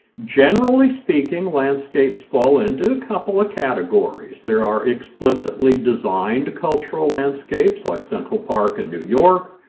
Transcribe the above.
generally speaking, landscapes fall into a couple of categories. there are explicitly designed cultural landscapes like central park in new york,